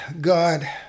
God